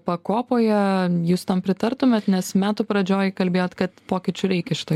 pakopoje jūs tam pritartumėt nes metų pradžioj kalbėjot kad pokyčių reikia šitoj